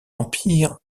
empire